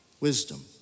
wisdom